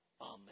Amen